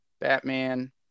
Batman